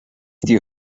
die